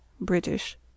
British